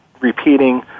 repeating